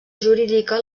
jurídica